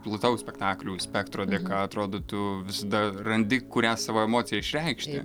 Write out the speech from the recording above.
plataus spektaklių spektro dėka atrodo tu visada randi kurią savo emociją išreikšti